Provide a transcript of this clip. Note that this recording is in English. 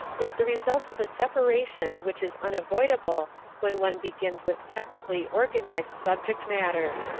is the result of a separation which is unavoidable when one begins with technically organized subject matter.